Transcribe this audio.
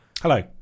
Hello